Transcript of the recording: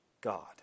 God